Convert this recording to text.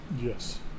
Yes